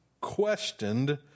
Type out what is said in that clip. questioned